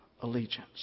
allegiance